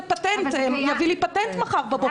פטנט כדי שיביא לי פטנט גם מחר בבוקר?